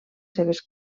seves